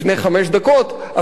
אפילו לזה הוא לא הסכים,